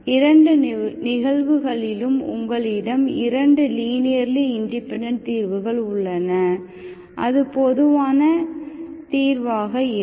இரண்டு நிகழ்வுகளிலும் உங்களிடம் இரண்டு லீனியர்லி இண்டிபெண்டெண்ட் தீர்வுகள் உள்ளன அது பொதுவான தீர்வாக இருக்கும்